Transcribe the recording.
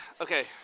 Okay